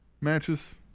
Matches